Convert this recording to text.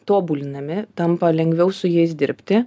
tobulinami tampa lengviau su jais dirbti